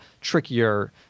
trickier